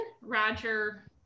Roger